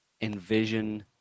envision